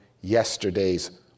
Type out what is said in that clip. yesterday's